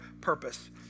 purpose